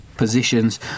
positions